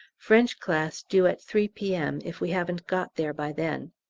french class due at three p m. if we haven't got there by then.